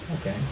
Okay